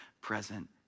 present